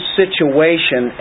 situation